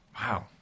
Wow